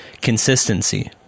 consistency